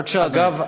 בבקשה, אדוני.